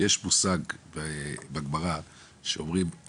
יש מושג בגמרא שאומרים,